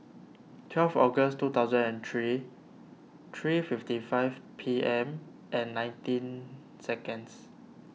twelve August two thousand and three three fifty five P M and nineteen seconds